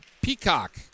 Peacock